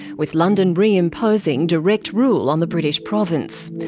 with london reimposing direct rule on the british province.